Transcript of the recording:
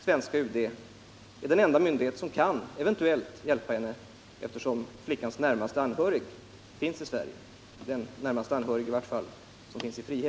Svenska UD är ju den enda myndighet som eventuellt kan hjälpa flickan, eftersom hennes närmaste anhörig i frihet finns i Sverige.